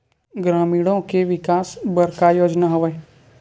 ग्रामीणों के विकास बर का योजना हवय?